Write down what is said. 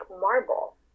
marble